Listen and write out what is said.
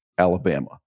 alabama